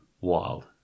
Wild